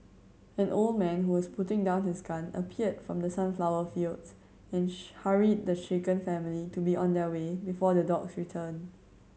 an old man who was putting down his gun appeared from the sunflower fields and hurried the shaken family to be on their way before the dogs return